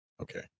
okay